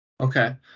okay